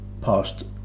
past